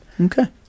Okay